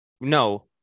No